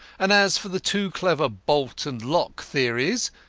and as for the too clever bolt and lock theories,